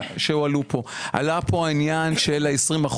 עלה פה העניין של ה-20%,